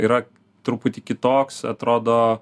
yra truputį kitoks atrodo